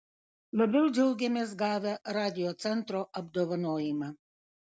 labiau džiaugėmės gavę radiocentro apdovanojimą